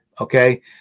Okay